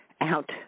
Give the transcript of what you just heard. out